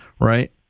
right